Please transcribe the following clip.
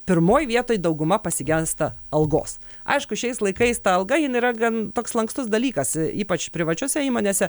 pirmoj vietoj dauguma pasigesta algos aišku šiais laikais ta alga jin yra gan toks lankstus dalykas ypač privačiose įmonėse